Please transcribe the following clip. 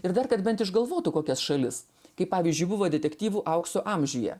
ir dar kad bent išgalvotų kokias šalis kai pavyzdžiui buvo detektyvų aukso amžiuje